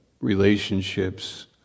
Relationships